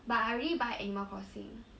but I already buy animal crossing